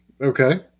Okay